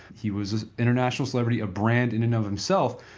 he was just international celebrity of brand in and of himself.